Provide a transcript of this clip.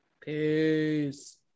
Peace